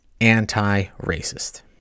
anti-racist